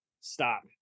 stop